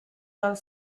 dal